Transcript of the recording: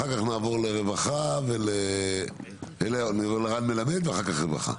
אחר כך נעבור לרווחה, רן מלמד ואחר כך רווחה.